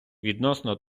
відносно